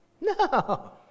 No